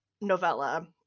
novella